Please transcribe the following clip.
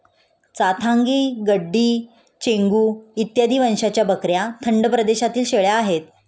चांथागी, गड्डी, चेंगू इत्यादी वंशाच्या बकऱ्या थंड प्रदेशातील शेळ्या आहेत